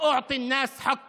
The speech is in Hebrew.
(אומר דברים בשפה הערבית,